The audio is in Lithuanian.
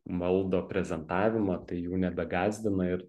valdo prezentavimą tai jų nebegąsdina ir